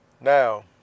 Now